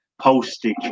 Postage